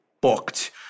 Booked